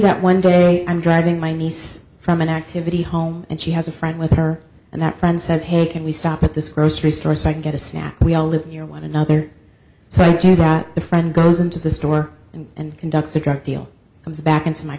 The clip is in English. that one day i'm driving my niece from an activity home and she has a friend with her and that friend says hey can we stop at this grocery store so i can get a snack we all live near one another so you got a friend goes into the store and conducts a great deal comes back into my